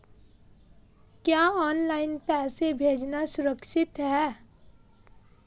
क्या ऑनलाइन पैसे भेजना सुरक्षित है?